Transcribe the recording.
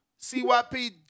CYP